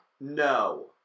No